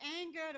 anger